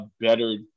better